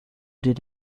did